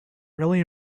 really